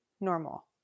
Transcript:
normal